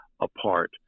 apart